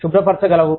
శుభ్రపరిచ గలవు